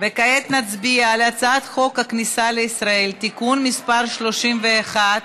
כעת נצביע על הצעת חוק הכניסה לישראל (תיקון מס' 31),